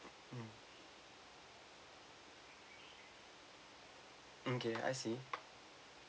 mm okay I see